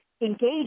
engage